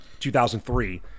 2003